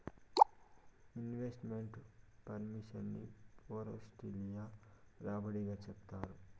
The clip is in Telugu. ఇన్వెస్ట్ మెంట్ ఫెర్ఫార్మెన్స్ ని పోర్ట్ఫోలియో రాబడి గా చెప్తారు